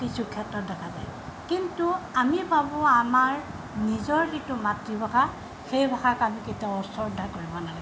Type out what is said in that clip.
কিছু ক্ষেত্ৰত দেখা যায় কিন্তু আমি ভাবোঁ আমাৰ নিজৰ যিটো মাতৃভাষা সেই ভাষাক আমি কেতিয়াও অশ্ৰদ্ধা কৰিব নালাগে